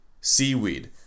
seaweed